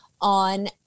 on